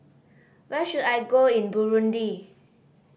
where should I go in Burundi